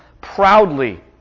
proudly